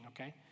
okay